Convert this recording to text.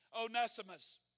Onesimus